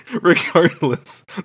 Regardless